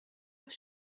als